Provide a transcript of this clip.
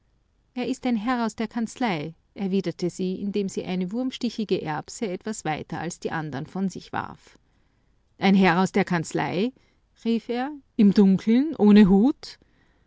es ist ein herr aus der kanzlei erwiderte sie indem sie eine wurmstichige erbse etwas weiter als die andern von sich warf ein herr aus der kanzlei rief er im dunkeln ohne hut